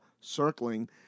circling